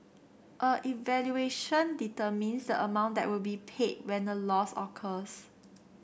a evaluation determines amount that will be paid when a loss occurs